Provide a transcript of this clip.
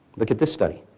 look at this study.